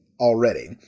Already